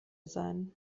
sein